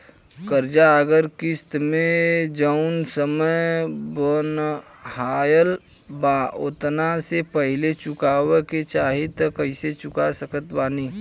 कर्जा अगर किश्त मे जऊन समय बनहाएल बा ओतना से पहिले चुकावे के चाहीं त कइसे चुका सकत बानी?